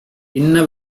என்ன